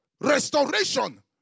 restoration